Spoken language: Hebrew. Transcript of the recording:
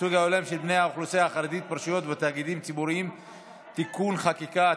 של בני האוכלוסייה החרדית ברשויות ובתאגידים ציבוריים (תיקוני חקיקה),